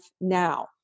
now